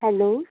hello